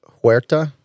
huerta